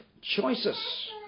choices